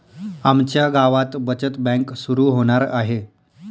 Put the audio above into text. आमच्या गावात बचत बँक सुरू होणार आहे